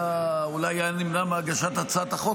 אולי היה נמנע מהגשת הצעת החוק.